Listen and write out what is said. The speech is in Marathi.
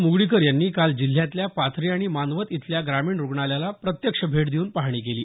मुगळीकर यांनी काल जिल्ह्यातल्या पाथरी आणि मानवत इथल्या ग्रामीण रुग्णालयाला प्रत्यक्ष भेट देऊन पाहणी केली